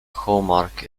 hallmark